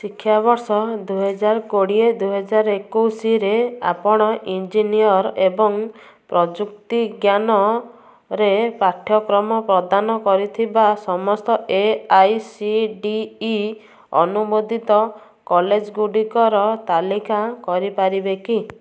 ଶିକ୍ଷାବର୍ଷ ଦୁଇହଜାରେ କୋଡ଼ିଏ ଦୁଇହଜାର ଏକୋଇଶୀରେ ଆପଣ ଇଞ୍ଜିନିୟରିଂ ଏବଂ ପ୍ରଯୁକ୍ତିଜ୍ଞାନରେ ପାଠ୍ୟକ୍ରମ ପ୍ରଦାନ କରୁଥିବା ସମସ୍ତ A I C T E ଅନୁମୋଦିତ କଲେଜ ଗୁଡ଼ିକର ତାଲିକା କରିପାରିବେ କି